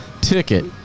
Ticket